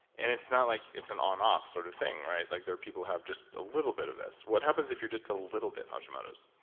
and it's not like it's an on-off sort of thing, right like there are people who have just a little bit of this. what happens if you're just a little bit hashimoto's?